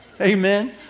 Amen